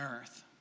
earth